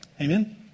Amen